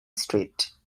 street